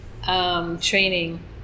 Training